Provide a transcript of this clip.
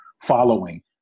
following